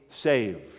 saved